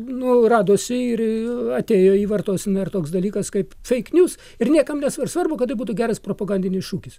nu radosi ir ii atėjo į vartoseną ir toks dalykas kaip feik nius ir niekam nesva svarbu kad būtų geras propagandinis šūkis